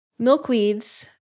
Milkweeds